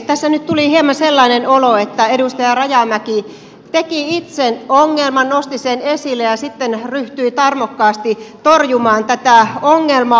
tässä nyt tuli hieman sellainen olo että edustaja rajamäki teki itse ongelman nosti sen esille ja sitten ryhtyi tarmokkaasti torjumaan tätä ongelmaa